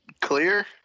Clear